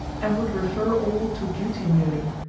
and would refer all to duty merely,